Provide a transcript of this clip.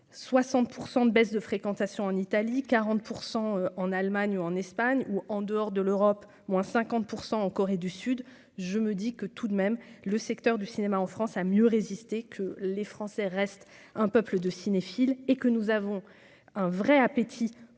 60 % de baisse de fréquentation en Italie 40 pour % en Allemagne ou en Espagne ou en dehors de l'Europe moins cinquante pour cent, en Corée du Sud, je me dis que tout de même, le secteur du cinéma en France a mieux résisté que les Français restent un peuple de cinéphile et que nous avons un vrai appétit